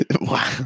Wow